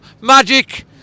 Magic